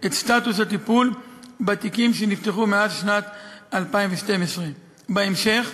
את סטטוס הטיפול בתיקים שנפתחו מאז שנת 2012. בהמשך,